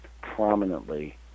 prominently